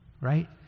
Right